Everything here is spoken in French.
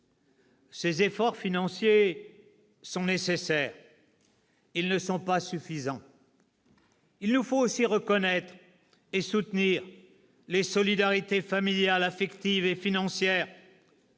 Ces efforts financiers sont nécessaires. Ils ne sont pas suffisants. « Il nous faut aussi reconnaître et soutenir les solidarités familiales, affectives et financières.